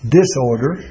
disorder